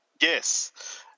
Yes